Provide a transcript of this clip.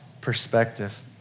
perspective